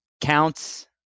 counts